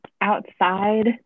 outside